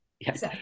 yes